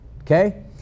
Okay